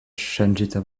ŝanĝita